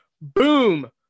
boom